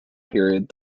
period